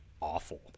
awful